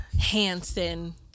Hanson